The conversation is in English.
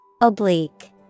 Oblique